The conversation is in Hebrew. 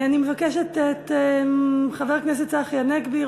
אני מבקשת מחבר הכנסת צחי הנגבי,